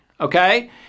Okay